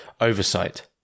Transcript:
oversight